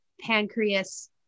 pancreas